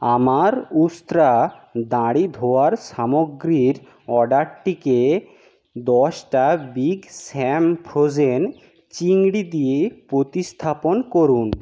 আমার উস্ত্রা দাড়ি ধোয়ার সামগ্রীর অর্ডারটিকে দশটা বিগ স্যাম ফ্রোজেন চিংড়ি দিয়ে প্রতিস্থাপন করুন